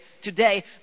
today